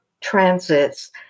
transits